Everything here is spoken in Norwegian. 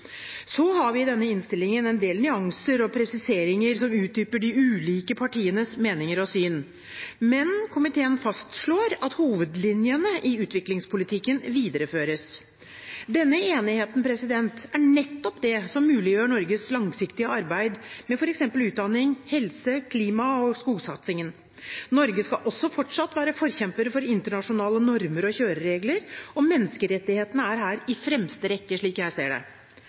Så har vi i denne innstillingen en del nyanser og presiseringer som utdyper de ulike partienes meninger og syn. Men komiteen fastslår at hovedlinjene i utviklingspolitikken videreføres. Denne enigheten er nettopp det som muliggjør Norges langsiktige arbeid med f.eks. utdanning, helse og klima- og skogsatsingen. Norge skal også fortsatt være forkjempere for internasjonale normer og kjøreregler, og menneskerettighetene er her i fremste rekke, slik jeg ser det.